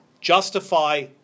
justify